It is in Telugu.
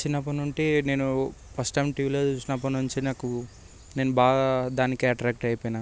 చిన్నప్పటి నుంచి నేను ఫస్ట్ టైం టీవీలో చూసినప్పటి నుంచి నాకు నేను బాగా దానికే అట్రాక్ట్ అయిపోయినా